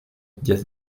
diez